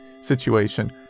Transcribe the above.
situation